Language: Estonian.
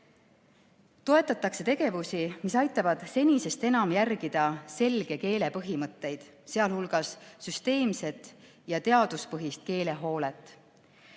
Toetatakse tegevusi, mis aitavad senisest enam järgida selge keele põhimõtteid, sealhulgas süsteemset ja teaduspõhist keelehoolet.